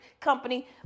company